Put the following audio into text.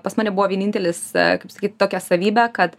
pas mane buvo vienintelis kaip sakyt tokią savybė kad